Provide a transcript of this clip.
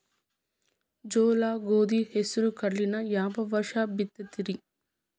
ಜೋಳ, ಗೋಧಿ, ಹೆಸರು, ಕಡ್ಲಿನ ಯಾವ ವರ್ಷ ಬಿತ್ತತಿರಿ?